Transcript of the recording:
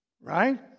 Right